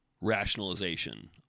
rationalization